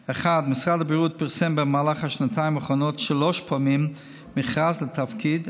1. משרד הבריאות פרסם במהלך השנתיים האחרונות שלוש פעמים מכרז לתפקיד,